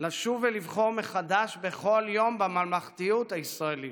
לשוב ולבחור מחדש בכל יום בממלכתיות הישראלית.